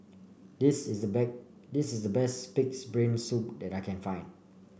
this is the this is the best pig's brain soup that I can find